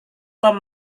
tom